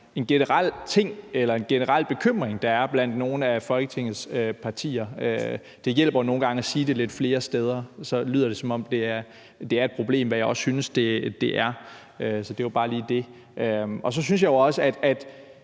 at det altså er en generel bekymring, der er blandt nogle af Folketingets partier. Det hjælper nogle gange at sige det lidt flere steder, så det lyder, som om det er et problem, hvilket jeg også synes det er. Så det var bare lige det. Så synes jeg jo også, at